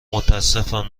متاسفم